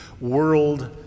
world